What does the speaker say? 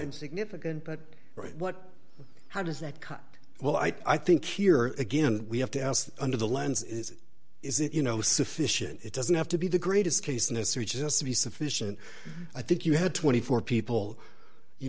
significant but what how does that cut well i think here again we have to ask under the lens is is it you know sufficient it doesn't have to be the greatest case in history just to be sufficient i think you had twenty four people you